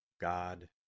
God